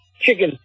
chicken